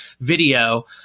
video